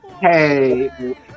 Hey